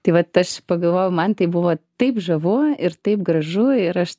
tai vat aš pagalvojau man tai buvo taip žavu ir taip gražu ir aš